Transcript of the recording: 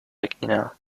regina